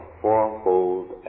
fourfold